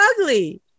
ugly